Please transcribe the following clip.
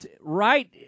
right